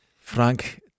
Frank